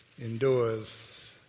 endures